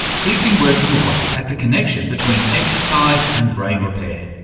he's been working away at the connection between exercise and brain repair,